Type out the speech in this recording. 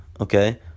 okay